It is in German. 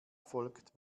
folgt